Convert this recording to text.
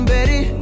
Betty